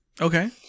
Okay